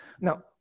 Now